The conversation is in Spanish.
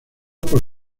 por